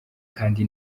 kandi